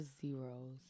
zeros